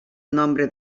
nombre